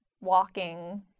walking